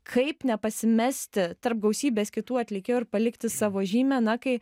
kaip nepasimesti tarp gausybės kitų atlikėjų ir palikti savo žymę na kai